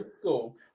school